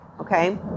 Okay